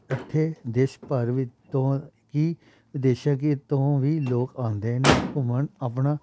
ਇੱਥੇ ਦੇਸ਼ ਭਰ ਵਿ ਤੋਂ ਹੀ ਵਿਦੇਸ਼ਾਂ ਗੀ ਤੋਂ ਵੀ ਲੋਕ ਆਉਂਦੇ ਨੇ ਘੁੰਮਣ ਆਪਣਾ